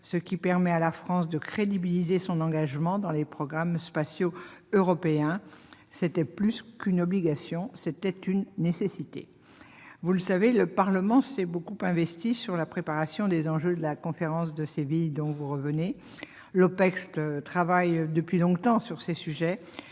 ce qui permet à la France de crédibiliser son engagement dans les programmes spatiaux européens. Plus qu'une obligation, c'était une nécessité ! Vous le savez, le Parlement s'est beaucoup investi dans la préparation des enjeux de la conférence de Séville, dont vous revenez. L'Opecst travaille depuis longtemps sur ces sujets.